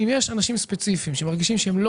אם יש אנשים ספציפיים שמרגישים שהם לא